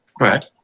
Right